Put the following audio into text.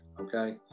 Okay